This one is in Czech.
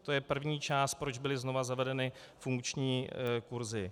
To je první část, proč byly znovu zavedeny funkční kurzy.